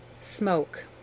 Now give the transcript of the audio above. Smoke